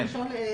כן.